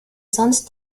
sonst